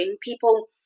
people